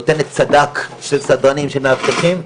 נותנת סד"כ של סדרנים שמאבטחים,